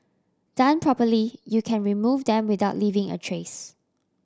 done properly you can remove them without leaving a trace